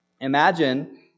Imagine